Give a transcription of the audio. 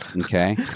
Okay